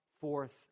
forth